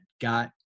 got